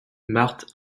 marthe